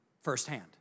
firsthand